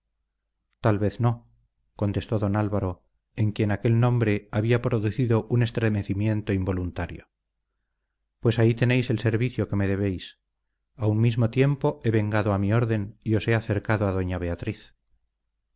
tal vez no contestó don álvaro en quien aquel nombre había producido un estremecimiento involuntario pues ahí tenéis el servicio que me debéis a un mismo tiempo he vengado a mi orden y os he acercado a doña beatriz